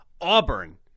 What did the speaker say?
Auburn